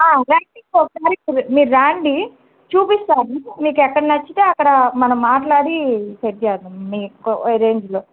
రండి ఒకసారి మీరు రండి చూపిస్తాను మీకు ఎక్కడ నచ్చితే అక్కడ మనం మాట్లాడి సెట్ చేద్దాం మీ కొ రేంజ్లో